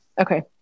Okay